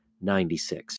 ninety-six